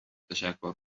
تشکر